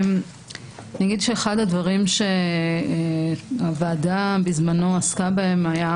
אחד הדברים שהוועדה עסקה בהם בזמנו הייתה